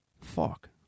Fuck